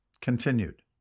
continued